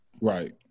Right